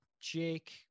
Jake